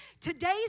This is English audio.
today's